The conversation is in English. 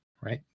right